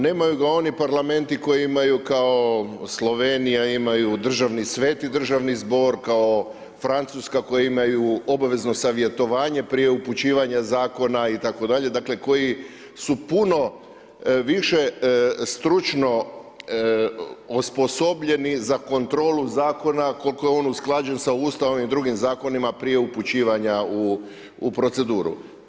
Nemaju ga oni parlamenti koji imaju kao Slovenija, imaju sveti državni zbor, kao Francuska koji imaju obavezno savjetovanje prije upućivanja zakona itd. dakle, koji su puno više stručno osposobljeni za kontrolu zakona koliko je on usklađen sa Ustavom i drugim zakonima prije upućivanja u proceduru.